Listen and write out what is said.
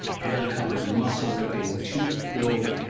hair-covered, muscle-ripping, tooth-filled,